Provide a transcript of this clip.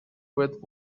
with